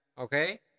okay